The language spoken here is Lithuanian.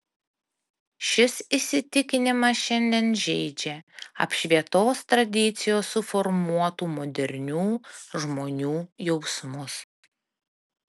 šis įsitikinimas šiandien žeidžia apšvietos tradicijos suformuotų modernių žmonių jausmus